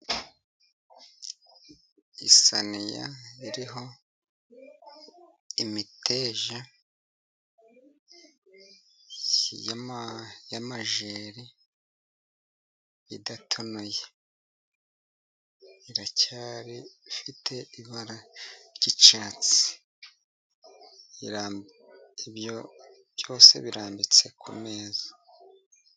Isaniya iriho imiteja yamajeri idatonoye, iracyari ifite ibara ry'icyatsi, byose birambitse kumeza.